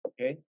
okay